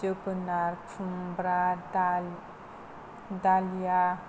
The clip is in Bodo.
जोगोनार खुमब्रा दाल दालिया